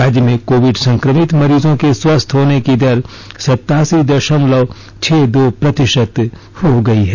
राज्य में कोविड संक्रमित मरीजों के स्वस्थ होने की दर सतासी दशमलव छह दो प्रतिशत हो गई है